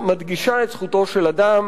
שמדגישה את זכותו של אדם